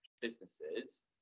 businesses